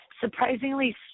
surprisingly